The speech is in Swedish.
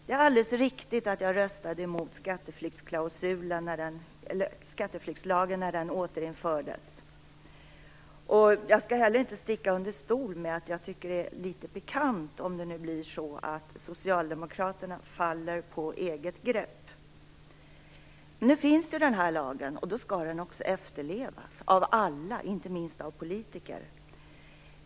Det är alldeles riktigt att jag röstade emot ett återinförande av skatteflyktslagen. Jag skall inte heller sticka under stol med att jag tycker att det vore pikant om socialdemokraterna föll på eget grepp. Men nu finns den här lagen och då skall den också efterlevas av alla, inte minst av politiker.